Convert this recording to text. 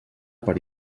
per